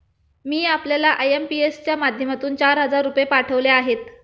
मी आपल्याला आय.एम.पी.एस च्या माध्यमातून चार हजार रुपये पाठवले आहेत